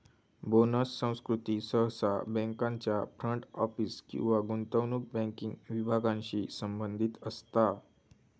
bonus संस्कृती सहसा बँकांच्या फ्रंट ऑफिस किंवा गुंतवणूक बँकिंग विभागांशी संबंधित असता